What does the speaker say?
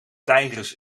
tijgers